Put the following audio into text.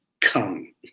come